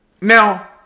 Now